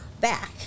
back